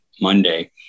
Monday